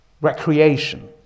recreation